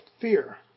fear